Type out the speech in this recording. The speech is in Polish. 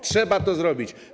Trzeba to zrobić.